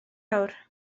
awr